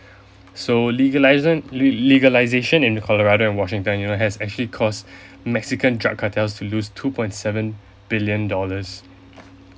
so legalising le~ legalisation in Colorado and Washington you know has actually caused Mexican drug cartel to lose two point seven billion dollars